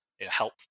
help